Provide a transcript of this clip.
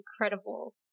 incredible